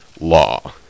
law